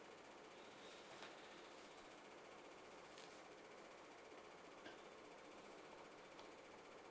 uh